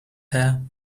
hear